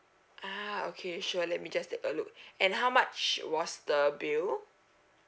ah okay sure let me just take a look and how much was the bill